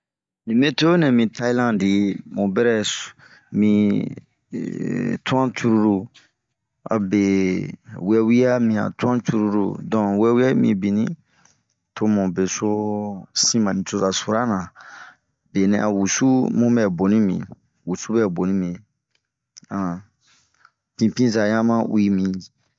Li meto nɛmi Tayilandi mun bɛrɛ min tuan cururu. A be wewia min han tuan cururu, donke wɛwia yi minbini, to mu be so sin ba nicoza sura na.benɛ a wusu bun bɛboni bin, wusu bɛ boni bin ,an pinpinza ɲa ma uwi bin.